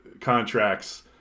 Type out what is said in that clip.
contracts